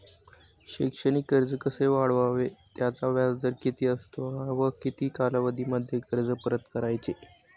शैक्षणिक कर्ज कसे काढावे? त्याचा व्याजदर किती असतो व किती कालावधीमध्ये कर्ज परत करायचे?